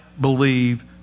believe